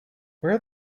where